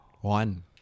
one